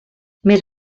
més